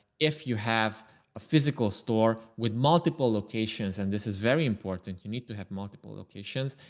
if you have a physical store with multiple locations and this is very important, you need to have multiple locations.